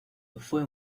fue